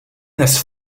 dnes